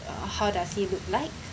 uh how does he look like